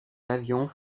avions